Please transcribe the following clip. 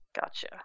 Gotcha